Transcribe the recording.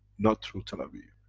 not through tel aviv.